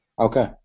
Okay